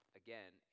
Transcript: again